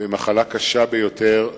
במחלה קשה ביותר.